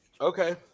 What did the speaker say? okay